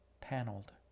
paneled